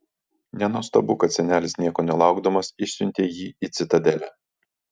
nenuostabu kad senelis nieko nelaukdamas išsiuntė jį į citadelę